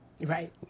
Right